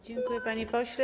Dziękuję, panie pośle.